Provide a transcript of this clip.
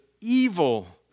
evil